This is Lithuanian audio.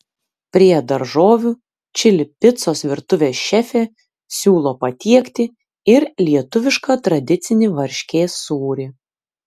prie daržovių čili picos virtuvės šefė siūlo patiekti ir lietuvišką tradicinį varškės sūrį